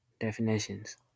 definitions